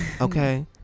okay